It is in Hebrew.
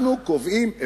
אנחנו קובעים עמדות,